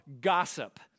gossip